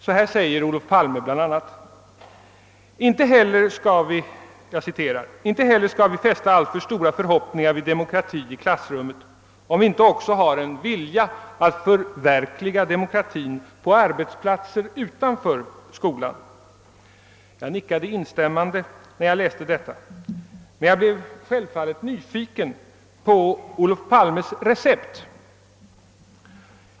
Så här säger Olof Palme bl.a.: »Inte heller skall vi fästa alltför stora förhoppningar vid demokrati i klassrummet om vi inte också har en vilja att förverkliga demokratin på arbetsplatser utanför skolan.» Jag nickade instämmande när jag läste detta, men jag blev självfallet nyfiken på Olof Palmes recept.